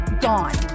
gone